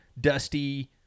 dusty